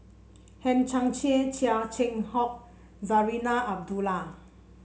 Hang Chang Chieh Chia Keng Hock Zarinah Abdullah